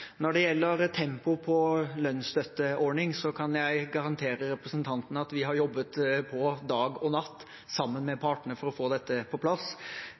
Når det gjelder tempoet på lønnsstøtteordningen, kan jeg garantere representanten at vi har jobbet dag og natt, sammen med partene, for å få dette på plass.